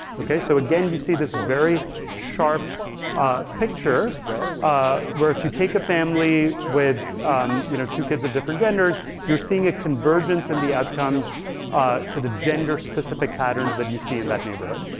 okay? so again you see this very sharp ah picture ah where if you take a family with you know two kids of different genders you're seeing a convergence in the outcomes to the gender specific patterns that you see in that neighborhood.